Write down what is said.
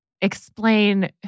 explain